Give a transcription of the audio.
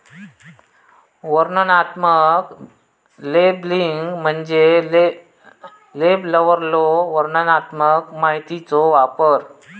वर्णनात्मक लेबलिंग म्हणजे लेबलवरलो वर्णनात्मक माहितीचो वापर